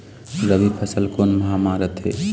रबी फसल कोन माह म रथे?